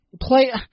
play